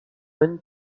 bonne